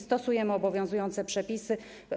Stosujemy obowiązujące przepisy.